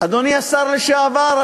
אדוני השר לשעבר,